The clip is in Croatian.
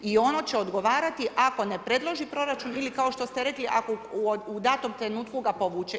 I ono će odgovarati ako ne predloži proračun ili kao što ste rekli ako u danom trenutku ga povuče.